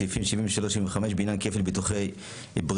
סעיפים 73 75 (בעניין כפל ביטוחי בריאות),